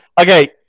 okay